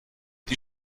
die